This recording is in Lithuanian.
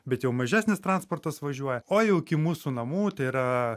bet jau mažesnis transportas važiuoja o jau iki mūsų namų tai yra